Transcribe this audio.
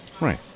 Right